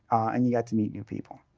and you got to meet new people.